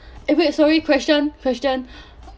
eh wait sorry question question